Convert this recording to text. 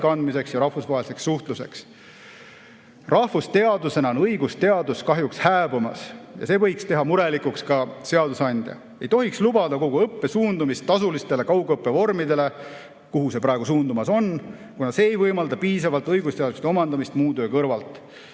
edasikandmiseks ja rahvusvaheliseks suhtluseks. Rahvusteadusena on õigusteadus kahjuks hääbumas ja see võiks teha murelikuks ka seadusandja. Ei tohiks lubada kogu õppe suundumist tasulistele kaugõppevormidele, kuhu see praegu suundumas on, kuna see ei võimalda piisavalt õigusteadmiste omandamist muu töö kõrvalt.